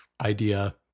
idea